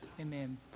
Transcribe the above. Amen